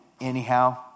anyhow